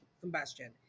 combustion